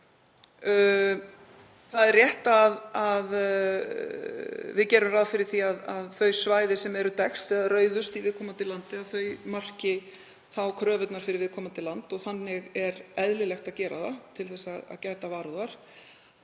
Það er rétt að við gerum ráð fyrir því að þau svæði sem eru dekkst eða rauðust í viðkomandi landi marki kröfurnar fyrir viðkomandi land og þannig er eðlilegt að gera það til þess að gæta varúðar.